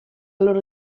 loro